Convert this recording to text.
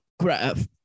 Craft